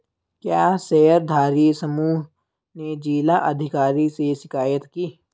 क्या शेयरधारी समूह ने जिला अधिकारी से शिकायत की?